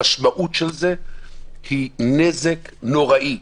המשמעות של זה היא נזק נוראי.